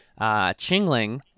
Chingling